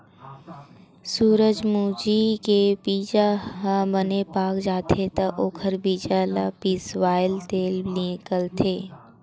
सूरजमूजी के बीजा ह बने पाक जाथे त ओखर बीजा ल पिसवाएले तेल निकलथे